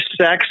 sex